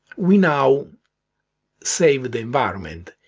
we now save the environment,